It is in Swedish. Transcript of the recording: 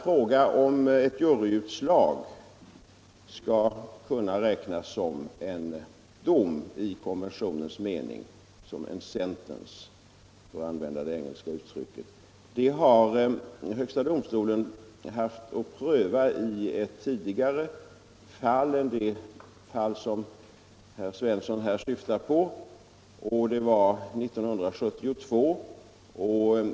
Frågan huruvida ett juryutslag skall kunna räknas som en dom i konventionens mening — som en sentence, för att använda det engelska uttrycket — har högsta domstolen haft att pröva i ett tidigare fall än det som herr Svensson i Malmö här syftar på. Det var 1972.